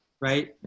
right